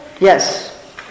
Yes